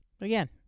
Again